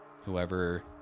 Whoever